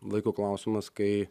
laiko klausimas kai